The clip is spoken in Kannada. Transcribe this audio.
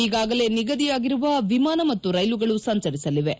ಈಗಾಗಲೇ ನಿಗದಿಯಾಗಿರುವ ವಿಮಾನ ಮತ್ತು ರೈಲುಗಳು ಸಂಚರಿಸಲಿವೆ